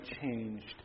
changed